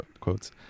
quotes